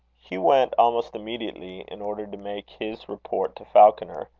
hugh went almost immediately, in order to make his report to falconer,